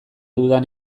dudan